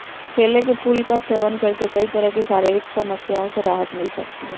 केले के फूल का सेवन करके कई तरह की शारीरिक समस्याओं से राहत मिल सकती है